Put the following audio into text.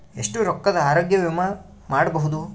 ಎಷ್ಟ ರೊಕ್ಕದ ಆರೋಗ್ಯ ವಿಮಾ ಮಾಡಬಹುದು?